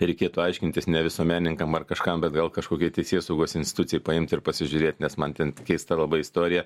reikėtų aiškintis ne visuomenininkam ar kažkam bet gal kažkokiai teisėsaugos institucijai paimt ir pasižiūrėt nes man ten keista labai istorija